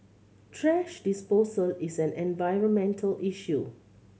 thrash disposal is an environmental issue